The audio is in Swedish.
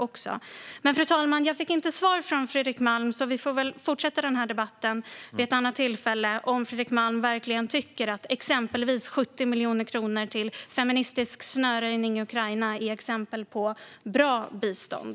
Fru talman! Jag fick inte svar av Fredrik Malm, så vi får fortsätta debatten vid ett annat tillfälle när det gäller om Fredrik Malm verkligen tycker att 70 miljoner kronor till feministisk snöröjning i Ukraina är ett exempel på bra bistånd.